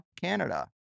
Canada